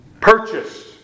purchased